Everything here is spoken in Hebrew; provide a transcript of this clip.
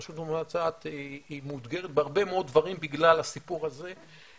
הרשות המבצעת מאותגרת בהרבה מאוד דברים בגלל הסיפור הזה,